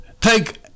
Take